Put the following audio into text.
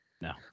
No